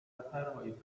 خطرهای